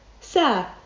Sir